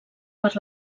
per